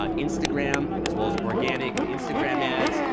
ah instagram as well as organic and instagram ads,